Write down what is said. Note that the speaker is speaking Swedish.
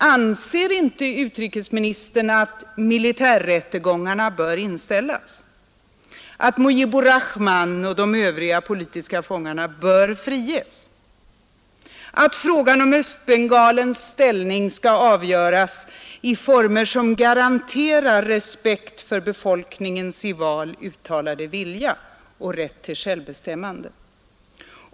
Anser inte utrikesministern att militärrättegångarna bör inställas, att Mujibur Rahman och de övriga politiska fångarna bör friges, att frågan om Östbengalens ställning skall avgöras i former som garanterar respekt för befolkningens i val uttalade vilja och rätt till självbestämmande?